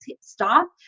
stop